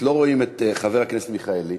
לא רואים את חבר הכנסת מיכאלי,